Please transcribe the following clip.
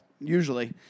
usually